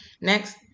Next